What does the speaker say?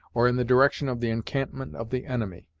or in the direction of the encampment of the enemy.